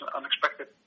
unexpected